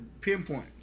pinpoint